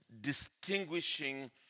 distinguishing